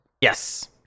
Yes